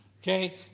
Okay